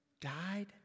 died